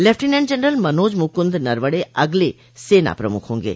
lieutenant general Manoj Mukund Naravane अगले सेना प्रमुख होंगे